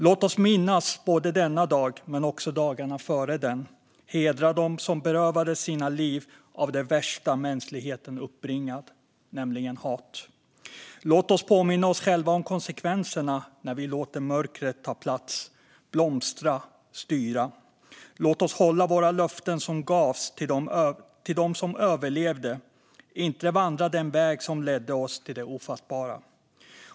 Låt oss minnas denna dag men också dagarna före den och hedra dem som berövades sina liv av det värsta mänskligheten uppbringat, nämligen hat. Låt oss påminna oss själva om konsekvenserna när vi låter mörkret ta plats, blomstra och styra. Låt oss hålla våra löften som gavs till dem som överlevde om att inte vandra den väg som ledde oss till det ofattbara.